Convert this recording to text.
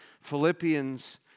Philippians